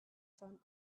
front